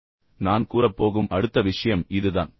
எனவே நான் கூறப் போகும் அடுத்த விஷயம் இதுதான்